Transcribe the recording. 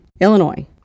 Illinois